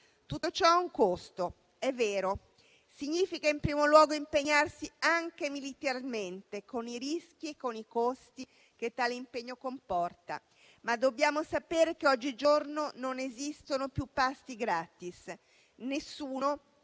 Tutto ciò ha un costo, è vero. Significa in primo luogo impegnarsi, anche militarmente, con i rischi e con i costi che tale impegno comporta, ma dobbiamo sapere che oggigiorno non esistono più pasti gratis. Nessuno,